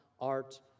art